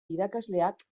irakasleak